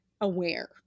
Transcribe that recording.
aware